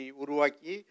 uruaki